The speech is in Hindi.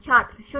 छात्र 01